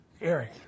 Eric